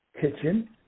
kitchen